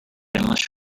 unless